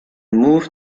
move